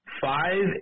five